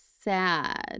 sad